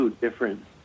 different